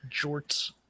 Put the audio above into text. Jorts